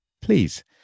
please